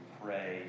pray